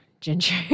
ginger